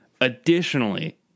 Additionally